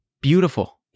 beautiful